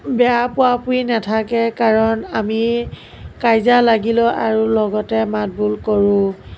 বেয়া পোৱা পোই নাথাকে কাৰণ আমি কাজিয়া লাগিলেও আৰু লগতে মাতবোল কৰোঁ